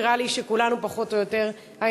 נראה לי שכולנו פחות או יותר היינו